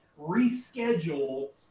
reschedule